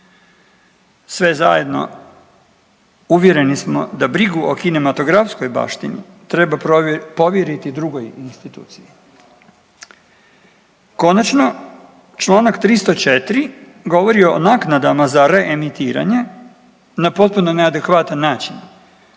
Sve zajedno uvjereni smo da brigu o kinematografskoj baštini treba povjeriti drugoj instituciji. Konačno, članak 304. govori o naknadama za reemitiranje na potpuno neadekvatan način,